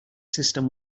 system